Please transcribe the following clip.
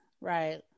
Right